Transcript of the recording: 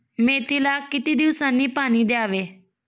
मेथीला किती दिवसांनी पाणी द्यावे?